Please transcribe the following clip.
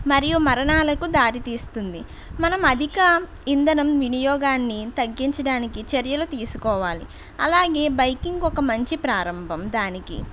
మరియు మరణాలకు దారి తీస్తుంది మనం అధిక ఇంధనం వినియోగాన్ని తగ్గించడానికి చర్యలు తీసుకోవాలి అలాగే బైకింగ్ ఒక మంచి ప్రారంభం దానికి